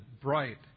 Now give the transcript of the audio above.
bright